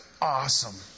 awesome